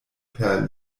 per